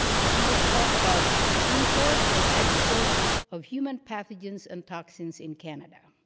she will talk about import and export of human pathogens and toxins in canada.